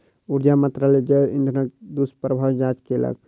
ऊर्जा मंत्रालय जैव इंधनक दुष्प्रभावक जांच केलक